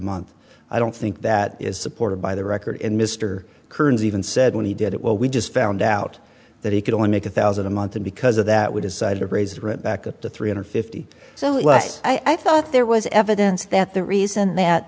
month i don't think that is supported by the record mr kerns even said when he did it well we just found out that he could only make a thousand a month and because of that we decided to raise right back up to three hundred fifty so it was i thought there was evidence that the reason that